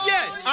Yes